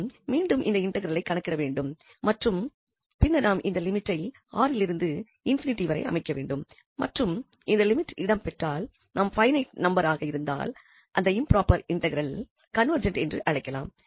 மேலும் மீண்டும் இந்த இன்டெக்ரலை கணக்கிட வேண்டும் மற்றும் பின்னர் நாம் இந்த லிமிட்டை 𝑅 லிருந்து ∞ வரை அமைக்க வேண்டும் மற்றும் இந்த லிமிட் இடம் பெற்றால் பைனைட் நம்பர் ஆக இருந்தால் அதை இம்ப்ராபர் இன்டெக்ரல் கன்வெர்ஜெண்ட் என்று நாம் அழைக்கலாம்